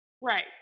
Right